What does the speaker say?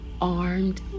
armed